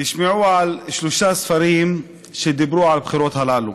תשמעו על שלושה ספרים שדיברו על הבחירות הללו.